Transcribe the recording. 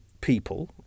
people